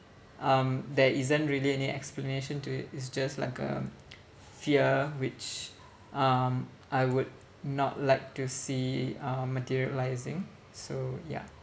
um there isn't really any explanation to it it's just like a fear which um I would not like to see um materialising so ya